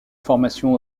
formation